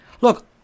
Look